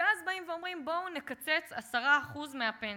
ואז באים ואומרים: בואו נקצץ 10% מהפנסיות.